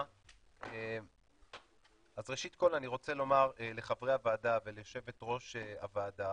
אז ראשית כל אני רוצה לומר לחברי הוועדה וליושבת ראש הוועדה